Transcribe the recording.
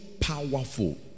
powerful